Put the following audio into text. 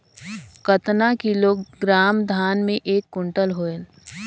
कतना किलोग्राम धान मे एक कुंटल होयल?